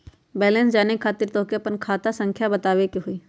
Balance जाने खातिर तोह के आपन खाता संख्या बतावे के होइ?